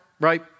right